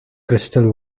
crystal